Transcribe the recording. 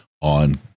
on